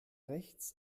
rechts